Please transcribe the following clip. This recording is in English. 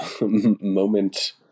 moment